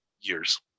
years